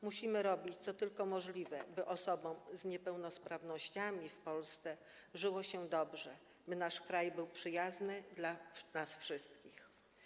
Musimy robić, co tylko możliwe, by osobom z niepełnosprawnościami w Polsce żyło się dobrze, by nasz kraj był przyjazny dla nas wszystkich.